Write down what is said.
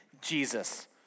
Jesus